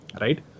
right